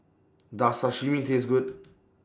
Does Sashimi Taste Good